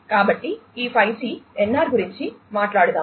కాబట్టి ఈ 5G NR గురించి మాట్లాడుదాం